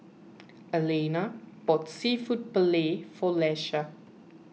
Alannah bought Seafood Paella for Iesha